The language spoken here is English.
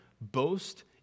boast